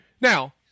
now